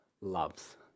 loves